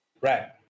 Right